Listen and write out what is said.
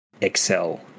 Excel